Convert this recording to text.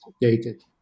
dated